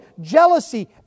jealousy